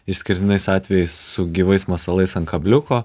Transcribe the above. išskirtinais atvejais su gyvais masalais ant kabliuko